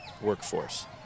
workforce